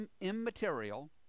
immaterial